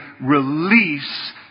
release